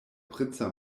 princa